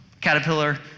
caterpillar